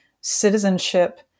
citizenship